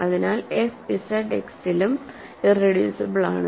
അതിനാൽ F Z എക്സിലും irreducible ആണ്